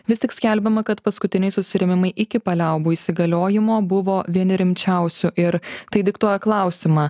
vis tik skelbiama kad paskutiniai susirėmimai iki paliaubų įsigaliojimo buvo vieni rimčiausių ir tai diktuoja klausimą